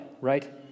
right